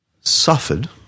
suffered